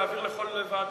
להעביר לכל ועדה.